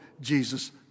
Jesus